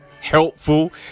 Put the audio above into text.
helpful